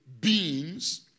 beings